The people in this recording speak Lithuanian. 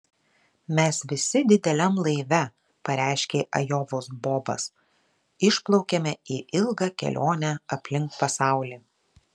mes visi dideliam laive pareiškė ajovos bobas išplaukiame į ilgą kelionę aplink pasaulį